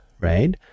right